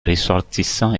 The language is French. ressortissants